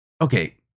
Okay